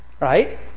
Right